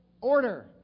order